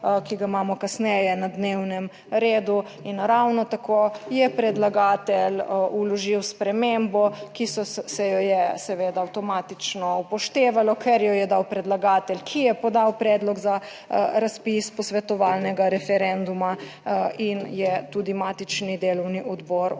ki ga imamo kasneje na dnevnem redu in ravno tako je predlagatelj vložil spremembo, ki se jo je seveda avtomatično upoštevalo, ker jo je dal predlagatelj, ki je podal predlog za razpis posvetovalnega referenduma in je tudi matični delovni odbor o tem